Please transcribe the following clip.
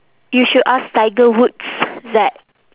you should ask tiger woods that